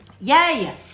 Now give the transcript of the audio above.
Yay